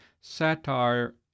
satire